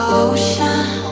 ocean